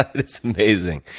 that's amazing.